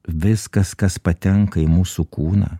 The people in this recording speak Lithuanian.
viskas kas patenka į mūsų kūną